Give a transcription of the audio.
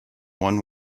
one